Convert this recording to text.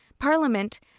Parliament